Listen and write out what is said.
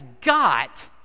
got